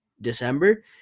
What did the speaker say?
December